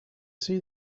see